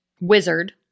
Wizard